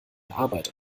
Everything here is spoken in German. arbeit